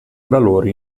valori